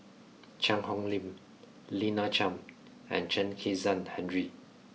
Cheang Hong Lim Lina Chiam and Chen Kezhan Henri